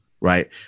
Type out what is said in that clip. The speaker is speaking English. right